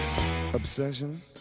obsession